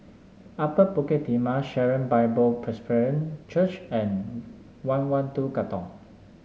Upper Bukit Timah Sharon Bible Presbyterian Church and one one two Katong